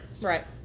Right